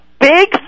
big